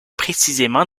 précisément